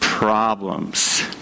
problems